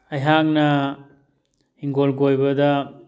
ꯑꯩꯍꯥꯛꯅ ꯍꯤꯡꯒꯣꯜ ꯀꯣꯏꯕꯗ